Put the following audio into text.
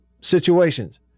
situations